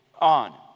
on